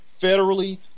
federally